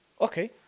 Okay